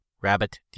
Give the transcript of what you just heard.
rabbit